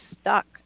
stuck